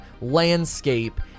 landscape